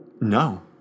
no